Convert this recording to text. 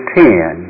ten